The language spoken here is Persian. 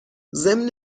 ضمن